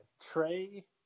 Trey